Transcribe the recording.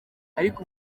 ariko